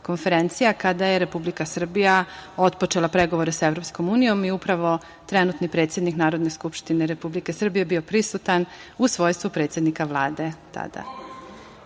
konferencija, kada je Republika Srbija otpočela pregovore sa EU i upravo trenutni predsednik Narodne skupštine Republike Srbije je bio prisutan u svojstvu predsednika Vlade tada. Reč